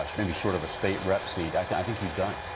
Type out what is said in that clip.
ah maybe short of a state rep seat, i think he's done.